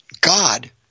God